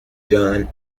john